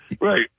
Right